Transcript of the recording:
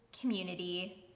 community